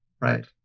Right